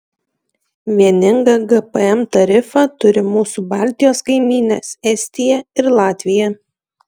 vieningą gpm tarifą turi mūsų baltijos kaimynės estija ir latvija